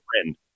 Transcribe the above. friend